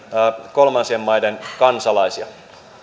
kolmansien maiden kansalaisia